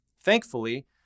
thankfully